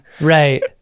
Right